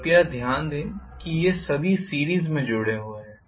कृपया ध्यान दें कि ये सभी सीरीस में जुड़े हुए हैं